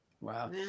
Wow